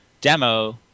demo